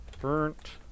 burnt